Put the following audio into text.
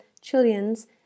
Chileans